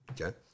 Okay